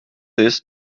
this